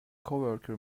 coworker